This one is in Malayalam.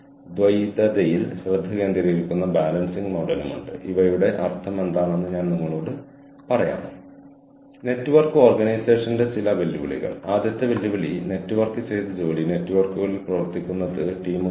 ഇപ്പോൾ ഐഐടി അതിന്റെ ശേഷിയിൽ എല്ലാം ചെയ്തു ഈ വിവരങ്ങൾ ആരുമായും പങ്കിടാൻ ആർക്കെങ്കിലും ഇത് വികസിപ്പിക്കാൻ കഴിയും അല്ലെങ്കിൽ ഈ അവസരം ഉപയോഗിക്കുന്നവർക്ക് അവരുടെ സ്വന്തം കഴിവുകൾ വികസിപ്പിക്കാൻ കഴിയും